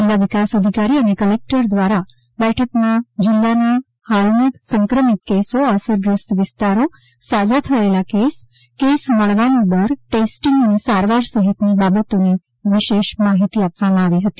જિલ્લા વિકાસ અધિકારી અને કલેક્ટર શ્રી દ્વારા બેઠકમાં જિલ્લામાં હાલના સંક્રમિત કેસો અસરગ્રસ્ત વિસ્તારો સાજા થયેલા કેસ કેસો મળવાનો દર ટેસ્ટીંગ અને સારવાર સહિતની બાબતો વિશે માહિતી આપવામાં આવી હતી